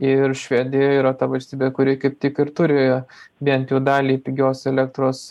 ir švedija yra ta valstybė kuri kaip tik ir turi bient jau dalį pigios elektros